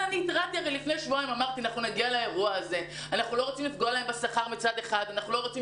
אנחנו מאשרים לו כל שקל שהוא רוצה